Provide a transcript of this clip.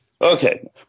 okay